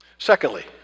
Secondly